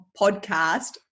podcast